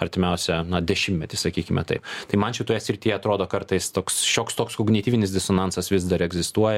artimiausią dešimtmetį sakykime taip tai man šitoje srityje atrodo kartais toks šioks toks kognityvinis disonansas vis dar egzistuoja